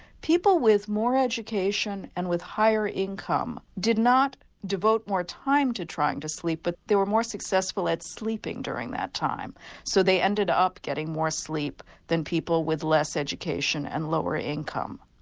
people with more education and with higher income did not devote more time to trying to sleep but they were more successful at sleeping during that time so they ended up getting more sleep than people with less education and lower income.